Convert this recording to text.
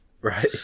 right